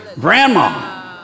Grandma